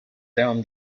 down